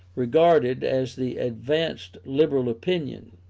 regarded as the advanced liberal opinion.